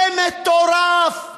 זה מטורף.